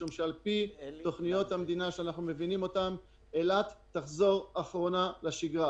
משום שעל-פי תוכניות המדינה אנחנו מבינים שאילת תחזור אחרונה לשגרה.